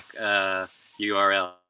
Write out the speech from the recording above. URL